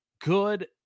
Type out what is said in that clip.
good